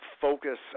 focus